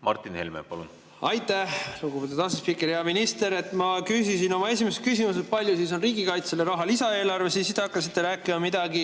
Martin Helme, palun! Aitäh, lugupeetud asespiiker! Hea minister! Ma küsisin oma esimeses küsimuses, kui palju on riigikaitsele raha lisaeelarves. Te hakkasite siis rääkima midagi